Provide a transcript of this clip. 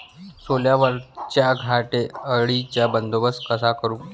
सोल्यावरच्या घाटे अळीचा बंदोबस्त कसा करू?